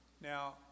Now